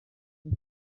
wari